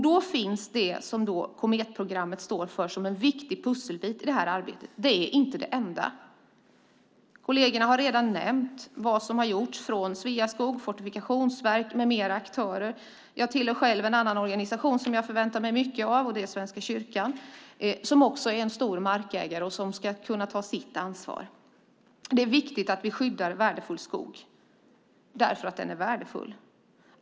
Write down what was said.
Där står Kometprogrammet för en viktig pusselbit men inte den enda. Kollegerna har redan nämnt vad som har gjorts från Sveaskog, Fortifikationsverket med flera aktörer. Jag är själv medlem i en organisation som jag förväntar mig mycket av, nämligen Svenska kyrkan som är en stor markägare som måste ta sitt ansvar. Det är viktigt att vi skyddar skogen, eftersom den är värdefull.